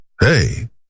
Hey